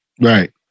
Right